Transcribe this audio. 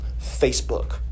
Facebook